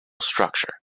structure